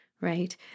right